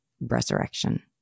resurrection